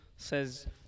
Says